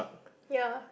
ya